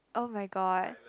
oh my god